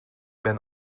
ben